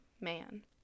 man